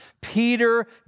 Peter